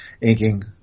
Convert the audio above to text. inking